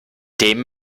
dem